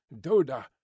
Doda